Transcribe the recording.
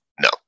No